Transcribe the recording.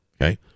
okay